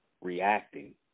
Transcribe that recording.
reacting